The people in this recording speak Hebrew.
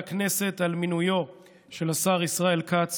מתכבד להודיע לכנסת על מינוייו של השר ישראל כץ